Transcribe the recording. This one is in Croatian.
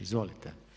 Izvolite.